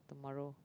tomorrow